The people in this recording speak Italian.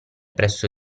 presso